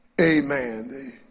Amen